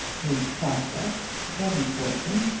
his prospects, present fortune,